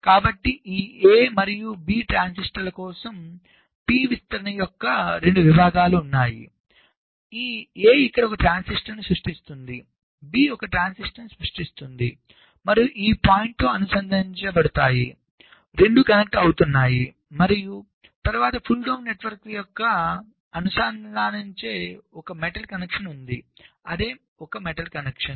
కాబట్టి ఈ A మరియు B ట్రాన్సిస్టర్ల కోసం p విస్తరణ యొక్క 2 విభాగాలు ఉన్నాయిఈ A ఇక్కడ ఒక ట్రాన్సిస్టర్ను సృష్టిస్తోంది B ఒక ట్రాన్సిస్టర్ను సృష్టిస్తుంది మరియు ఇవి ఈ పాయింట్తో అనుసంధానించబడుతున్నాయి 2 కనెక్ట్ అవుతున్నాయి మరియు తరువాత పుల్ డౌన్ నెట్వర్క్కు అనుసంధానించే ఒక మెటల్ కనెక్షన్ ఉంది అదే ఒక మెటల్ కనెక్షన్